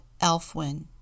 Elfwin